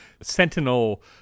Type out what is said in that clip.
sentinel